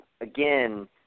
Again